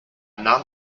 nahm